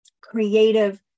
creative